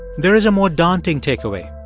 there is a more daunting takeaway.